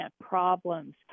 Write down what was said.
problems